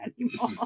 anymore